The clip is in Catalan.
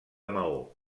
maó